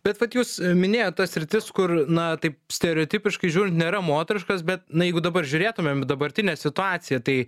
bet vat jūs minėjot tas sritis kur na taip stereotipiškai žiūrint nėra moteriškos bet na jeigu dabar žiūrėtumėm į dabartinę situaciją tai